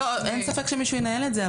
אין ספק שמישהו ינהל את זה.